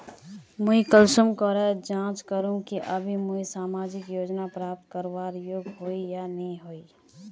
मुई कुंसम करे जाँच करूम की अभी मुई सामाजिक योजना प्राप्त करवार योग्य होई या नी होई?